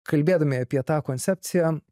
kalbėdami apie tą koncepciją